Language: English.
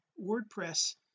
WordPress